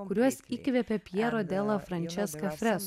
kuriuos įkvėpė pjero dela frančeska fresko